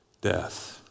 death